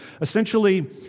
Essentially